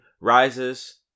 rises